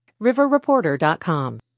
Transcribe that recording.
Riverreporter.com